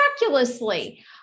miraculously